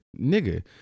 nigga